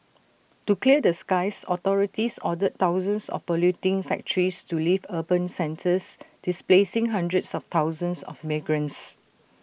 to clear the skies authorities ordered thousands of polluting factories to leave urban centres displacing hundreds of thousands of migrants